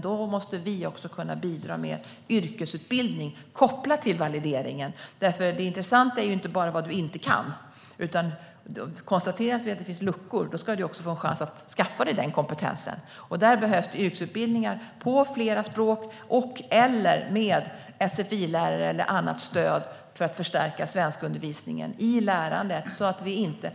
Då måste vi också kunna bidra med yrkesutbildning kopplat till valideringen, för det intressanta är ju inte bara vad du inte kan, utan konstaterar vi att det finns luckor ska du också få en chans att skaffa den kompetensen. Där behövs yrkesutbildningar på flera språk och/eller med en sfi-lärare eller annat stöd för att förstärka svenskundervisningen i lärandet så att vi inte